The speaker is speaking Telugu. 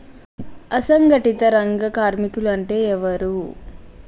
అసంఘటిత రంగ కార్మికులు అంటే ఎవలూ?